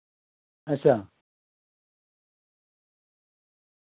अच्छा